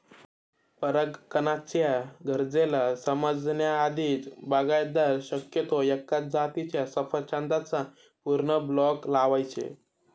परागकणाच्या गरजेला समजण्या आधीच, बागायतदार शक्यतो एकाच जातीच्या सफरचंदाचा पूर्ण ब्लॉक लावायचे